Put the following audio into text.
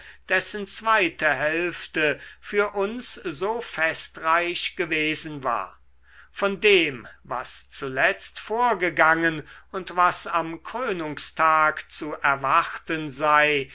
dessen zweite hälfte für uns so festreich gewesen war von dem was zuletzt vorgegangen und was am krönungstag zu erwarten sei